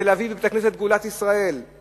בתל-אביב, בית-הכנסת "גאולת ישראל";